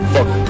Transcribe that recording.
Fuck